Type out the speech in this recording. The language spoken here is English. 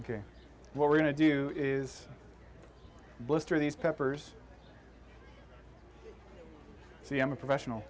ok what we're going to do is blister these peppers see i'm a professional